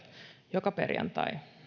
joka perjantai